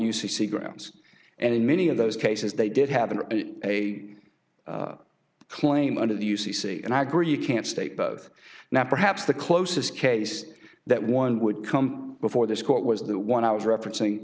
c grounds and in many of those cases they did have an a claim under the u c c and i agree you can't state both now perhaps the closest case that one would come before this court was the one i was referencing